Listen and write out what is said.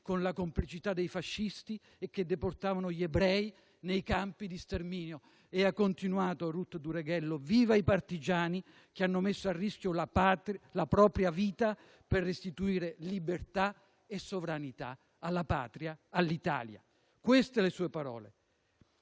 con la complicità dei fascisti e che deportavano gli ebrei nei campi di sterminio». Ha continuato Ruth Dureghello: «Viva i partigiani, che hanno messo a rischio la propria vita per restituire libertà e sovranità, all'Italia». Queste le sue parole.